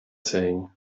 saying